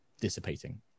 dissipating